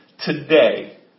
Today